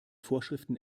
vorschriften